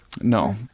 No